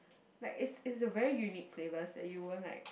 like it's it's a very unique flavors and you won't like